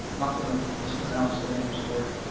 not gonna mispronounce the names for you,